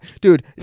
dude